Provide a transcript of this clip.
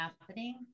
happening